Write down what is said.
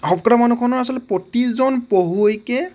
শৱ কটা মানুহখনৰ আচলতে প্ৰতিজন পঢ়ুৱৈকে